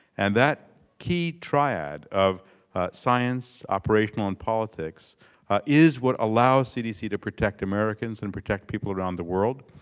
and that key triad of science, operational in politics is what allows cdc to protect americans and protect people around the world.